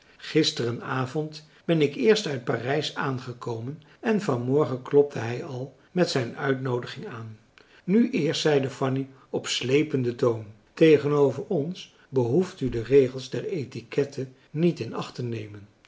gisteren avond ben ik eerst uit parijs aangekomen en van morgen klopte hij al met zijn uitnoodiging aan nu eerst zeide fanny op slependen toon tegenover ons behoeft u de regels der etiquette niet inachttenemen u